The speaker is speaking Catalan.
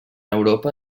europa